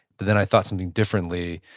then i thought something differently?